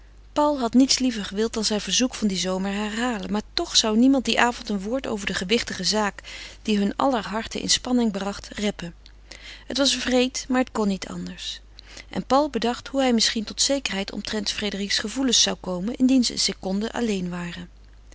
paul had niets liever gewild dan zijn verzoek van dien zomer herhalen toch zou niemand dien avond een woord over de gewichtige zaak die hun aller harten in spanning bracht reppen het was wreed maar het kon niet anders en paul bedacht hoe hij misschien tot zekerheid omtrent frédérique's gevoelens zou komen indien ze een seconde alleen waren